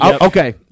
Okay